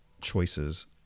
choices